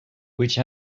which